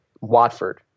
Watford